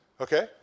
Okay